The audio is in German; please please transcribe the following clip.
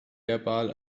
verbal